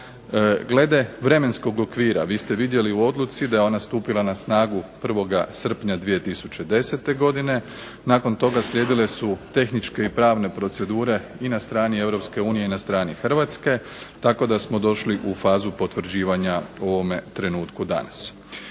Glede vremenskog okvira, vi ste vidjeli u odluci da je ona stupila na snagu 1. srpnja 2010. godine, nakon toga slijedile su tehničke i pravne procedure i na strani Europske unije i na strani Hrvatske, tako da smo došli u fazu potvrđivanja u ovome trenutku danas.